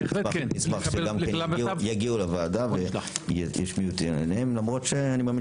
אנחנו נשמח שגם כן יגיעו לוועדה למרות שאני מאמין